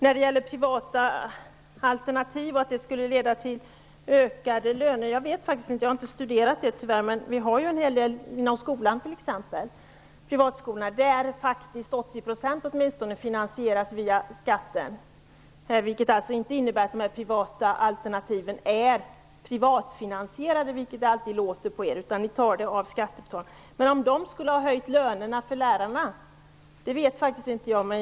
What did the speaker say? När det gäller privata alternativ och att de skulle leda till ökade löner, vet jag faktiskt inte om det stämmer. Jag har inte studerat det. Men när det gäller de privata skolorna finansieras de till åtminstone 80 % via skatten. Det innebär alltså att de privata alternativen inte är privatfinansierade, utan finansierade via skatten. Om de privata skolorna har höjt lönerna för lärarna vet jag inte.